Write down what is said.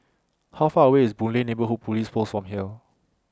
How Far away IS Boon Lay Neighbourhood Police Post from here